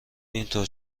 اینطور